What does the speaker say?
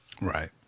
right